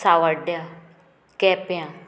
सांवड्ड्या केप्यां